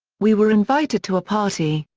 we were invited to a party,